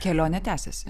kelionė tęsiasi